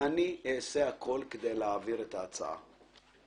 אעשה הכול כדי להעביר את ההצעה.